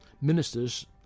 ministers